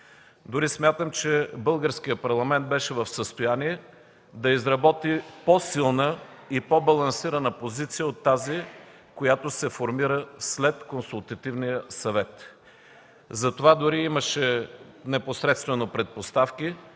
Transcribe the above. дори, че българският парламент беше в състояние да изработи по-силна и по-балансирана позиция от тази, която се формира след Консултативния съвет. За това имаше непосредствени предпоставки